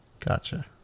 Gotcha